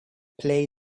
play